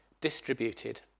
distributed